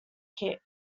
kit